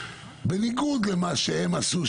בניגוד למה שהם עשו,